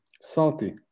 salty